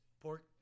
pork